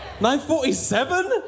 9:47